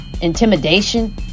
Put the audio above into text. intimidation